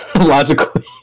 Logically